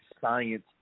science